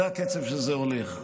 זה הקצב שבו זה הולך.